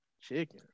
chicken